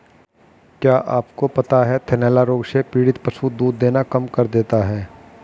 क्या आपको पता है थनैला रोग से पीड़ित पशु दूध देना कम कर देता है?